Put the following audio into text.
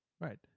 Right